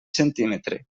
centímetre